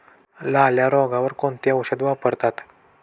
लाल्या रोगावर कोणते औषध वापरतात?